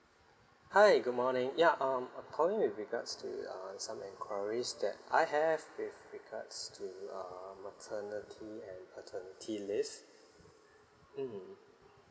hi good morning ya um I'm calling with regards to um some enquiries that I have with regards to uh maternity and paternity leave mm